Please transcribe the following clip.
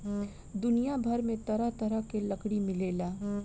दुनिया भर में तरह तरह के लकड़ी मिलेला